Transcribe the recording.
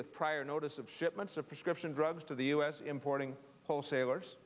with prior notice of shipments of prescription drugs to the u s importing wholesalers